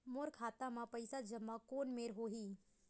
मोर खाता मा पईसा जमा कोन मेर होही?